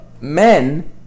men